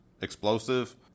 explosive